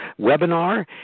webinar